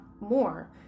more